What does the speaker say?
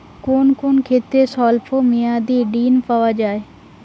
কোন কোন ক্ষেত্রে স্বল্প মেয়াদি ঋণ পাওয়া যায়?